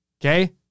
Okay